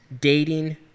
dating